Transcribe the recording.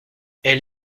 elle